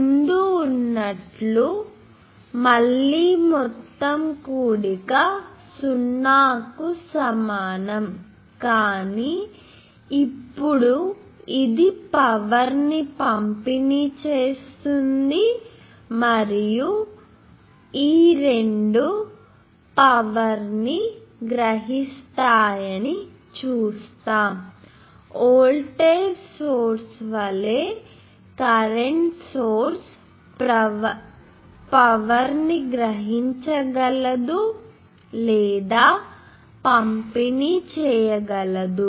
ముందు ఉన్నట్లు మళ్లీ మొత్తం కూడిక 0 కు సమానం కానీ ఇప్పుడు ఇది పవర్ ని పంపిణీ చేస్తుంది మరియు ఈ రెండూ పవర్ ని గ్రహిస్తున్నాయని చూస్తాము వోల్టేజ్ సోర్స్ వలె కరెంటు సోర్స్ పవర్ ని గ్రహించగలదు లేదా పంపిణీ చేయగలదు